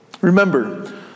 Remember